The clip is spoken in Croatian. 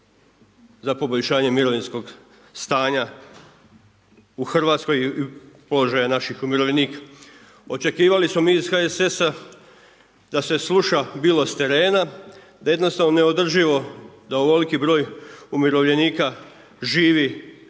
za poboljšanje mirovinskog stanja u Hrvatskoj i položaja naših umirovljenika. Očekivali smo mi iz HSS-a da se sluša bilo s terena da jednostavno neodrživo da ovoliki broj umirovljenika živi